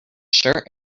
sure